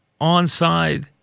onside